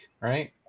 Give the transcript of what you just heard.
Right